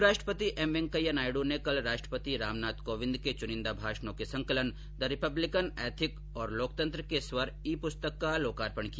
उपराष्ट्रपति एम वेंकैया नायड् ने कल राष्ट्रपति रामनाथ कोविंद के चुनिंदा भाषणों के संकलन द रिपब्लिकन एथिक और लोकतंत्र के स्वर ई पुस्तक का लोकार्पण किया